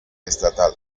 estatal